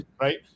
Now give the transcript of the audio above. Right